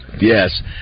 Yes